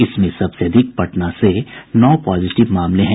इसमें सबसे अधिक पटना से नौ पॉजिटिव मामले हैं